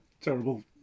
terrible